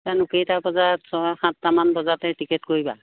জানো কেইটা বজাত ছয় সাতটামান বজাতে টিকেট কৰিবা